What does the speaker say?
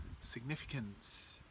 significance